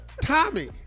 Tommy